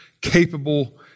capable